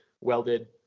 welded